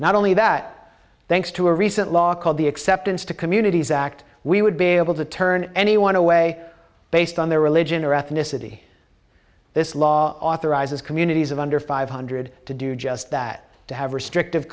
not only that thanks to a recent law called the acceptance to communities act we would be able to turn anyone away based on their religion or ethnicity this law authorizes communities of under five hundred to do just that to have restrictive